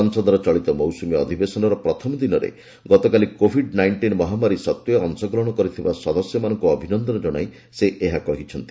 ସଂସଦର ଚଳିତ ମୌସୁମୀ ଅଧିବେଶନର ପ୍ରଥମ ଦିନରେ ଗତକାଲି କୋଭିଡ ନାଇଷ୍ଟିନ ମହାମାରୀ ସତ୍ତ୍ୱେ ଅଂଶଗ୍ରହଣ କରିଥିବା ସଦସ୍ୟମାନଙ୍କୁ ଅଭିନନ୍ଦନ କଣାଇ ସେ ଏହା କହିଛନ୍ତି